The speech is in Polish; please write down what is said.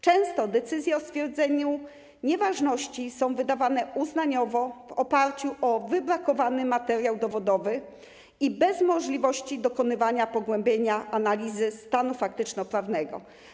Często decyzje o stwierdzeniu nieważności są wydawane uznaniowo, w oparciu o wybrakowany materiał dowodowy i bez możliwości dokonywania pogłębienia analizy faktycznego stanu prawnego.